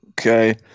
Okay